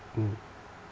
mm